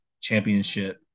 Championship